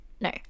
no